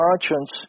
conscience